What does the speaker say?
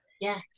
Yes